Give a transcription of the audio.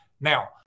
Now